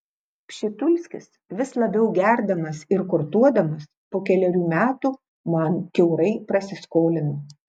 pšitulskis vis labiau gerdamas ir kortuodamas po kelerių metų man kiaurai prasiskolino